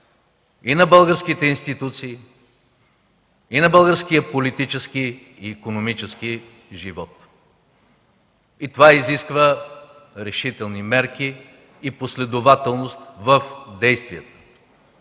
и на българските институции, и на българския политически и икономически живот. И това изисква решителни мерки и последователност в действията.